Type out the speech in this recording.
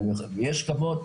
ויש כבוד,